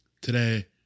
today